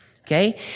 Okay